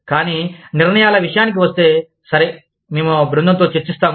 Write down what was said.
కానీ నిర్ణయాల విషయానికి వస్తే సరే మేము మా బృందంతో చర్చిస్తాము